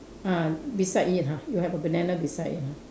ah beside it ha you have a banana beside it